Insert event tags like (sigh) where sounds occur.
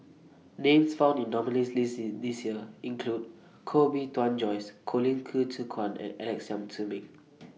Names found in The nominees' list This Year include Koh Bee Tuan Joyce Colin Qi Zhe Quan and Alex Yam Ziming (noise)